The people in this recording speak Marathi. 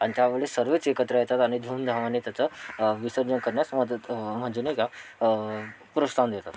आणि त्या वेळेस सर्वच एकत्र येतात आणि धूमधामाने त्याचं विसर्जन करण्यास मदत म्हणजे नाही का प्रोत्साहन देतात